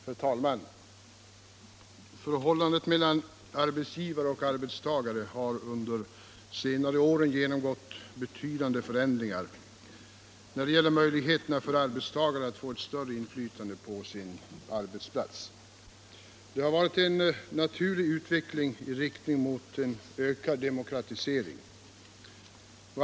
Herr talman! Förhållandet mellan arbetsgivare och arbetstagare har under senare år genomgått betydande förändringar när det gäller möjligheterna för arbetstagare att få ett större inflytande på sin arbetsplats. Det har varit en naturlig utveckling i riktning mot ökad demokratisering.